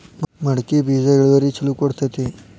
ಮಡಕಿ ಬೇಜ ಇಳುವರಿ ಛಲೋ ಕೊಡ್ತೆತಿ?